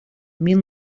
mil